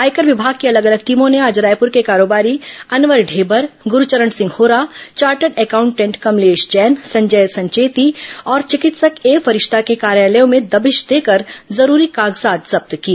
आयकर विभाग की अलग अलग टीमों ने आज रायपुर के कारोबारी अनवर ढेबर ग्रूचरण सिंह होरा चार्टर्ड एकाउंटेंट कमलेश जैन संजय संचेती और विकित्सक ए फरिश्ता के कार्यालयों में दबिश देकर जरूरी कागजात जब्त किए